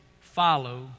follow